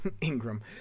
Ingram